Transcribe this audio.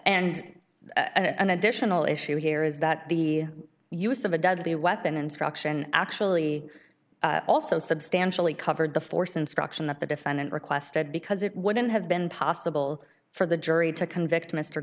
d an additional issue here is that the use of a deadly weapon instruction actually also substantially covered the force instruction that the defendant requested because it wouldn't have been possible for the jury to convict mr